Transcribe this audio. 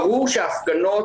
ברור שההפגנות,